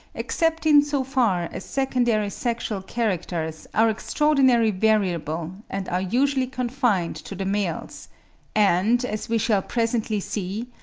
except in so far as secondary sexual characters are extraordinarily variable, and are usually confined to the males and, as we shall presently see,